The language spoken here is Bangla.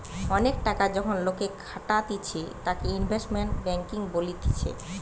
অনেক টাকা যখন লোকে খাটাতিছে তাকে ইনভেস্টমেন্ট ব্যাঙ্কিং বলতিছে